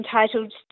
entitled